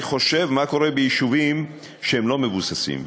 אני חושב מה קורה ביישובים שהם לא מבוססים.